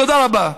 תודה רבה.